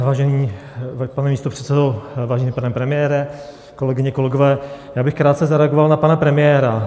Vážený pane místopředsedo, vážený pane premiére, kolegyně, kolegové, já bych krátce zareagoval na pana premiéra.